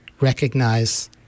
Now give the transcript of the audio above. recognize